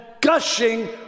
gushing